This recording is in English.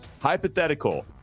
hypothetical